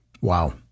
Wow